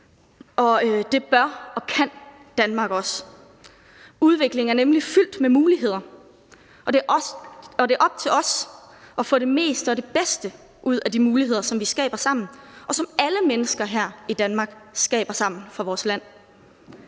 og det bør og kan Danmark også. Udvikling er nemlig fyldt med muligheder, og det er op til os at få det meste og det bedste ud af de muligheder, som vi sammen skaber, og som alle mennesker i Danmark skaber sammen for vores land.